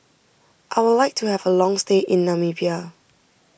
I would like to have a long stay in Namibia